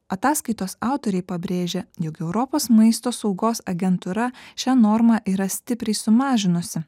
ataskaitos autoriai pabrėžia jog europos maisto saugos agentūra šią normą yra stipriai sumažinusi